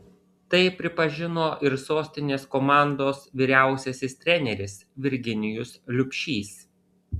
tai pripažino ir sostinės komandos vyriausiasis treneris virginijus liubšys